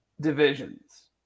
divisions